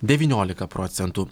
devyniolika procentų